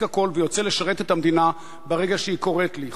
הכול ויוצא לשרת את המדינה ברגע שהיא קוראת לי,